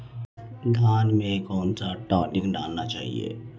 धान में कौन सा टॉनिक डालना चाहिए?